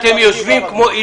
שלושה דיונים הוועדה פה מנהלת,